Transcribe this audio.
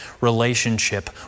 relationship